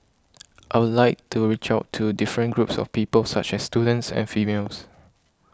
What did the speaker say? I'd like to reach out to different groups of people such as students and females